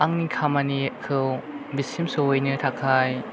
आंनि खामानिखौ बिसिम सौहैनो थाखाय